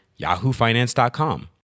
yahoofinance.com